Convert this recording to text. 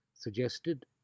suggested